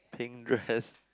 pink dress